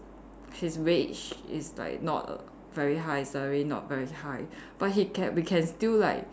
his wage is like not very high salary not very high but he can we can still like